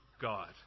God